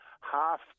half